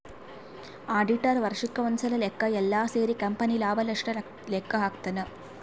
auditor ವರ್ಷಕ್ ಒಂದ್ಸಲ ಲೆಕ್ಕ ಯೆಲ್ಲ ಸೇರಿ ಕಂಪನಿ ಲಾಭ ನಷ್ಟ ಲೆಕ್ಕ ಹಾಕ್ತಾನ